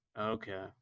Okay